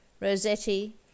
Rossetti